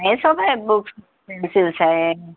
ہے سب ہے بکس پنسلس ہے